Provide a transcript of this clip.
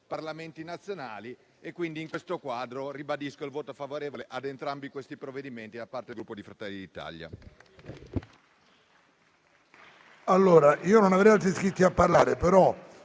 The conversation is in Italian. Parlamenti nazionali. In questo quadro, ribadisco il voto favorevole su entrambi i citati provvedimenti da parte del Gruppo Fratelli d'Italia.